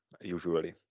usually